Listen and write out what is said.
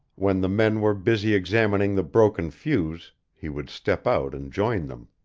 when the men were busy examining the broken fuse he would step out and join them.